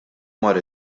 mar